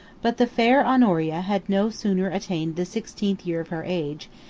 but the fair honoria had no sooner attained the sixteenth year of her age,